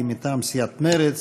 היא מטעם סיעת מרצ,